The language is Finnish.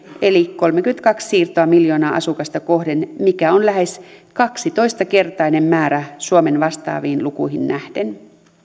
eli kolmekymmentäkaksi siirtoa miljoonaa asukasta kohden mikä on lähes kaksitoista kertainen määrä suomen vastaaviin lukuihin nähden